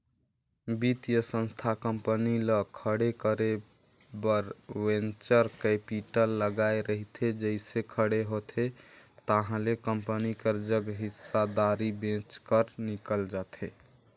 बित्तीय संस्था कंपनी ल खड़े करे बर वेंचर कैपिटल लगाए रहिथे जइसे खड़े होथे ताहले कंपनी कर जग हिस्सादारी बेंच कर निकल जाथे